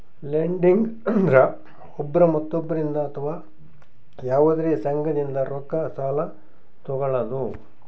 lending ಅಂದ್ರ ಒಬ್ರ್ ಮತ್ತೊಬ್ಬರಿಂದ್ ಅಥವಾ ಯವಾದ್ರೆ ಸಂಘದಿಂದ್ ರೊಕ್ಕ ಸಾಲಾ ತೊಗಳದು